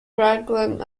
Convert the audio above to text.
raglan